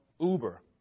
Uber